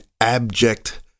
abject